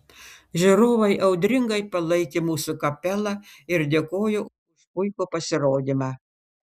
žiūrovai audringai palaikė mūsų kapelą ir dėkojo už puikų pasirodymą